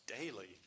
daily